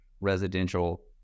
residential